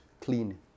clean